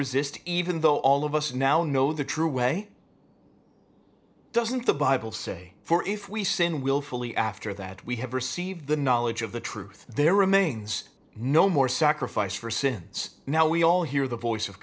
resist even though all of us now know the true way doesn't the bible say for if we sin wilfully after that we have received the knowledge of the truth there remains no more sacrifice for sins now we all hear the voice of